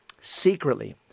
Secretly